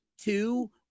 two